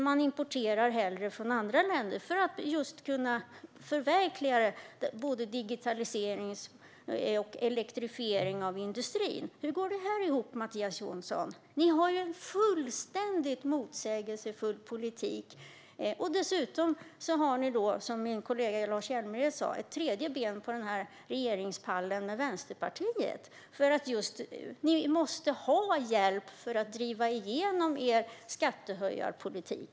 Man importerar hellre från andra länder för att kunna förverkliga digitaliseringen och elektrifieringen av industrin. Hur går detta ihop, Mattias Jonsson? Ni har en fullständigt motsägelsefull politik. Dessutom har ni, som min kollega Lars Hjälmered sa, ett tredje ben på regeringspallen, Vänsterpartiet, för att ni måste ha hjälp för att driva igenom er skattehöjarpolitik.